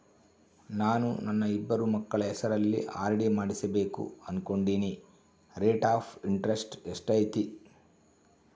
ನಾನು ನನ್ನ ಇಬ್ಬರು ಮಕ್ಕಳ ಹೆಸರಲ್ಲಿ ಆರ್.ಡಿ ಮಾಡಿಸಬೇಕು ಅನುಕೊಂಡಿನಿ ರೇಟ್ ಆಫ್ ಇಂಟರೆಸ್ಟ್ ಎಷ್ಟೈತಿ?